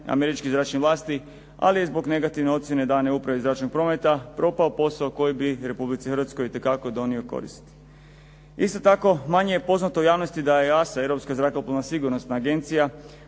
američkih zračnih vlasti, ali je zbog negativne ocjene dane Upravi zračnog prometa propao posao koji bi Republici Hrvatskoj itekako donio koristi. Isto tako manje je poznato u javnosti da je EASA Europska zrakoplovna sigurnosna agencija